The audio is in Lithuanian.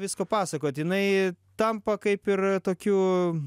visko pasakot jinai tampa kaip ir tokiu